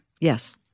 Yes